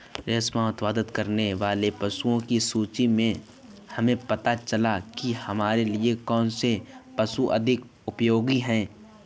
रेशम उत्पन्न करने वाले पशुओं की सूची से हमें पता चलता है कि हमारे लिए कौन से पशु अधिक उपयोगी हैं